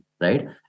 right